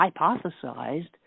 hypothesized